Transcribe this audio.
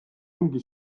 ongi